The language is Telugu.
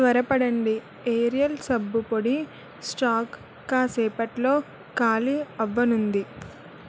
త్వరపడండి ఏరియల్ సబ్బు పొడి స్టాకు కాసేపట్లో ఖాళీ అవ్వనుంది